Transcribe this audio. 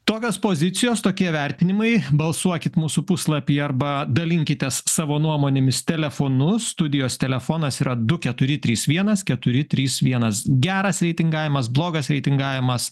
tokios pozicijos tokie vertinimai balsuokit mūsų puslapyje arba dalinkitės savo nuomonėmis telefonu studijos telefonas yra du keturi trys vienas keturi trys vienas geras reitingavimas blogas reitingavimas